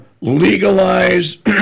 legalize